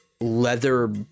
leather